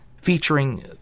featuring